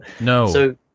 no